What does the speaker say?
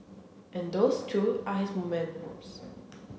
and those too are his monuments